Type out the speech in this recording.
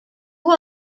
who